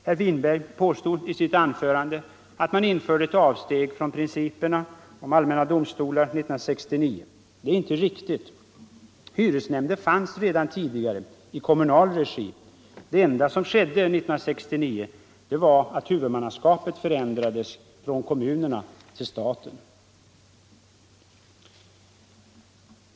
Herr Winberg påstod i sitt anförande att man gjorde ett principiellt avsteg 1969 när de statliga hyresnämnderna inrättades. Det är inte en riktig historieskrivning. Hyresnämnder fanns redan tidigare i kommunal regi. Det enda som skedde år 1969 var att huvudmannaskapet överfördes från kommunerna till staten.